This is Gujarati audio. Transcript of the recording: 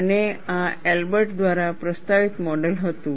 અને આ એલ્બર્ટ દ્વારા પ્રસ્તાવિત મોડેલ હતું